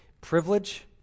privilege